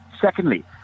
Secondly